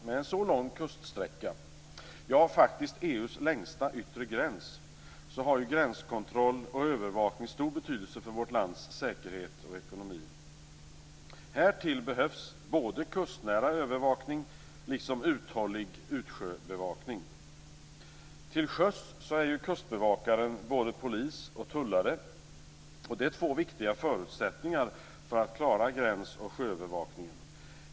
Med en så lång kuststräcka, ja, faktiskt EU:s längsta yttre gräns, har gränskontroll och övervakning stor betydelse för vårt lands säkerhet och ekonomi. Härtill behövs både kustnära övervakning och uthållig utsjöbevakning. Till sjöss är kustbevakaren både polis och tullare, vilket är två viktiga förutsättningar för att klara gräns och sjöövervakningen.